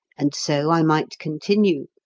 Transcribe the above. and so i might continue,